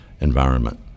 environment